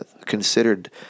considered